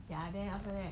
ya then after that